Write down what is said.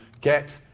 get